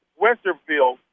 Westerville